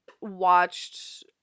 watched